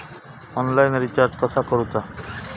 Online recharge कसा करूचा?